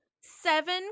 seven